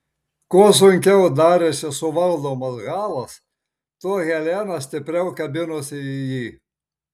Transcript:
kuo sunkiau darėsi suvaldomas halas tuo helena stipriau kabinosi į jį